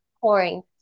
pouring